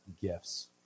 gifts